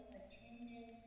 attended